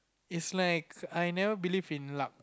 it's like I never believe in luck